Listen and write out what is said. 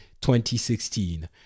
2016